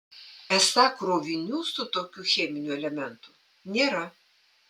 esą krovinių su tokiu cheminiu elementu nėra